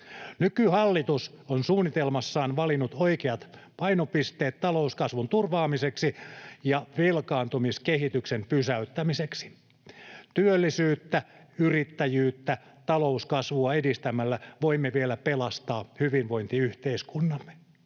Nykyhallitus on suunnitelmassaan valinnut oikeat painopisteet talouskasvun turvaamiseksi ja velkaantumiskehityksen pysäyttämiseksi. Työllisyyttä, yrittäjyyttä ja talouskasvua edistämällä voimme vielä pelastaa hyvinvointiyhteiskuntamme.